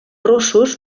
russos